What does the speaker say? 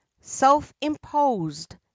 self-imposed